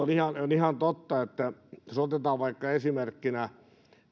ihan totta että jos otetaan vaikka esimerkkinä